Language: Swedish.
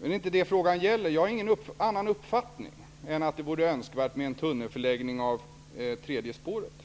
Det är inte det frågan gäller. Jag har ingen annan uppfattning än att det vore önskvärt med en tunnelförläggning av det tredje spåret.